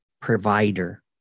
Provider